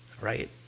right